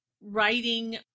writing